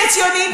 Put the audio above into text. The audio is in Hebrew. אלה ציונים,